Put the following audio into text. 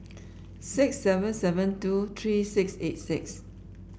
six seven seven two three six eight six